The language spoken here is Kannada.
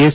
ಎಸ್